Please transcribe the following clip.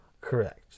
Correct